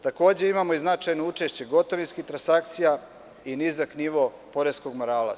Takođe, imamo značajno učešće gotovinskih transakcija i nizak nivo poreskog morala.